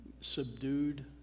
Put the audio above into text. subdued